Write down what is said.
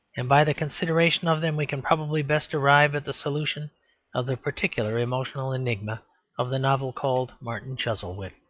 and by the consideration of them we can probably best arrive at the solution of the particular emotional enigma of the novel called martin chuzzlewit.